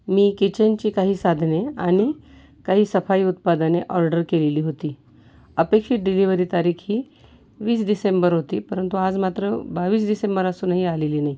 मी किचनची काही साधने आणि काही सफाई उत्पादने ऑर्डर केलेली होती अपेक्षीत डिलिवरी तारीख ही वीस डिसेंबर होती परंतु आज मात्र बावीस डिसेंबर असूनही आलेली नाही